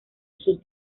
sus